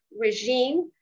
regime